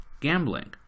gambling